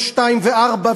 ושתיים וארבע,